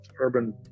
urban